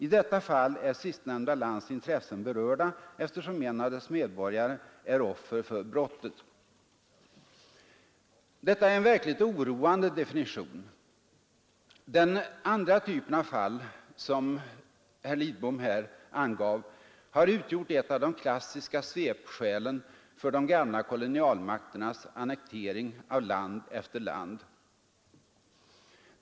I detta fall är sistnämnda lands intressen berörda eftersom en av dess medborgare är offer för brottet.” Detta är en verkligt oroande definition. Den andra typen av fall som herr Lidbom här angav har utgjort ett av de klassiska svepskälen för de gamla kolonialmakternas annektering av land efter land.